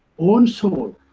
own soul,